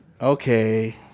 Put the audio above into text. Okay